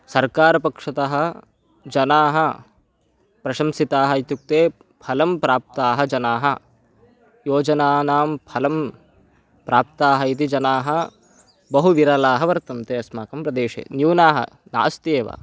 सर्कारपक्षतः जनाः प्रशंसिताः इत्युक्ते फलं प्राप्ताः जनाः योजनानां फलं प्राप्ताः इति जनाः बहु विरलाः वर्तन्ते अस्माकं प्रदेशे न्यूनाः नास्ति एव